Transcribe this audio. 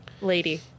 lady